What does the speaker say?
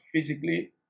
physically